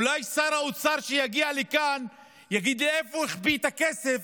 אולי ששר האוצר יגיע לכאן ויגיד לי איפה הוא החביא את הכסף